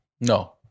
No